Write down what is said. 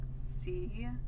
see